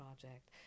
Project